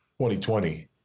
2020